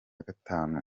gatanu